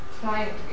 client